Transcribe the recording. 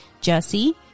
Jesse